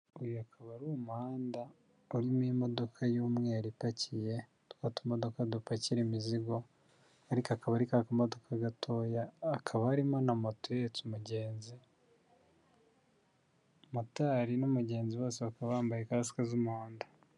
Uyu akaba ari umuhanda urimo imodoka y'umweru ipakiye twa tumodoka dupakira imizigo ariko akaba ari ka kamodoka gatoya, hakaba harimo na moto ihetse umugenzi, motari n'umugenzi bose bakaba bambaye kasike z'umuhondo.